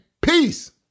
Peace